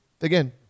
again